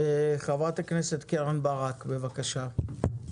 חברת הכנסת קרן ברק, בבקשה.